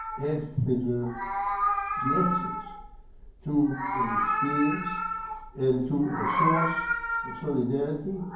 have preserved the access to an experience and to a source of solidarity.